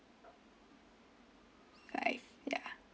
five yeah